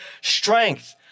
strength